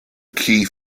key